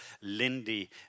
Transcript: Lindy